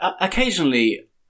Occasionally